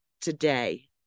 today